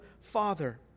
Father